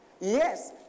Yes